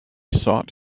sought